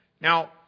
Now